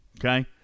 Okay